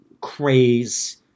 craze